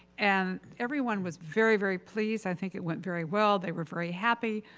and everyone was very, very pleased, i think it went very well. they were very happy.